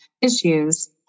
issues